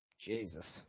jesus